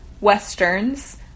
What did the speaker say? Westerns